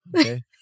Okay